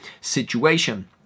situation